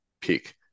pick